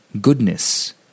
goodness